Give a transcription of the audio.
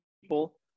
people